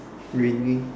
raining